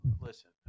listen